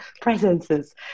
presences